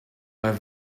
have